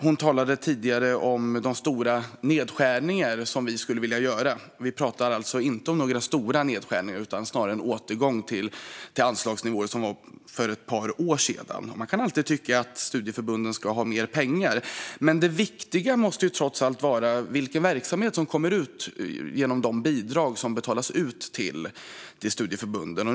Hon talade tidigare om de stora nedskärningar som vi skulle vilja göra. Det handlar inte om några stora nedskärningar utan snarare om en återgång till de anslagsnivåer som gällde för ett par år sedan. Man kan alltid tycka att studieförbunden ska ha mer pengar, men det viktiga måste ju trots allt vara vilken verksamhet som kommer ut genom de bidrag som betalas ut till studieförbunden.